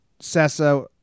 Sessa